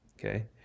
okay